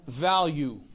value